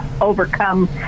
overcome